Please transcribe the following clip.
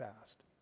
fast